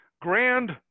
grand